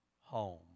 home